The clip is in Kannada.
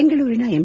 ಬೆಂಗಳೂರಿನ ಎಂ